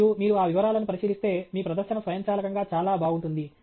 మరియు మీరు ఆ వివరాలను పరిశీలిస్తే మీ ప్రదర్శన స్వయంచాలకంగా చాలా బాగుంటుంది